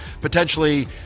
potentially